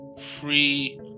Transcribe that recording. free